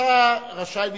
רשאי לשאול,